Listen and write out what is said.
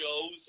shows